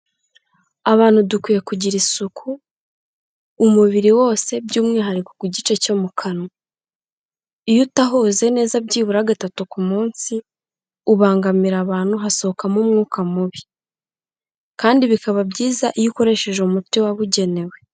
Abanru dukwiye kugira isuku umubiri wose by'umwihariko ku gice cyo mu kanwa, iyo utahoze neza byibura gatatu ku munsi, ubangamira abantu hasohokamo umwuka mubi, kandi bikaba byiza iyo ukoresheje umuti wabugenewe.